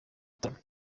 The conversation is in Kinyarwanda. gitaramo